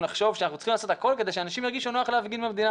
לחשוב שאנחנו צריכים לעשות הכל כדי שאנשים ירגישו נוח להפגין במדינה,